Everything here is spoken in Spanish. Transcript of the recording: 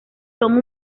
son